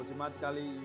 automatically